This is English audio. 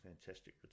Fantastic